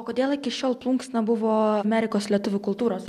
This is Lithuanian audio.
o kodėl iki šiol plunksna buvo amerikos lietuvių kultūros